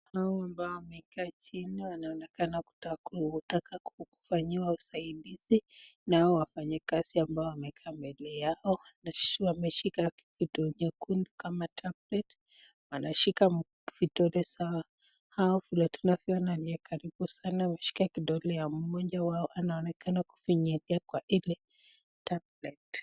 Hao ambao wamekaa chini wanaonekana kutaka kufanyiwa usaidizi na hao wafanyikazi ambao wamekaa mbele yao. Na sure ameshika kitu nyekundu kama tablet . Wanashika vidole za hao vile tunaona aliye karibu sana ameshika kidole ya mmoja wao anaonekana kufinyilia kwa ile tablet .